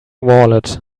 wallet